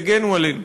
יגנו עלינו.